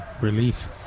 relief